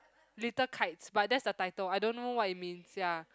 little kites but that's the title I don't know what it means ya